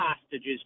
hostages